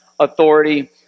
authority